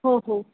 हो हो